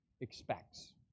expects